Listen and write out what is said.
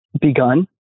begun